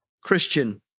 Christian